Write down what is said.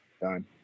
done